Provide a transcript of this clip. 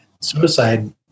suicide